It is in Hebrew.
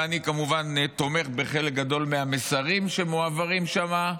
ואני כמובן תומך בחלק גדול מהמסרים שמועברים שם,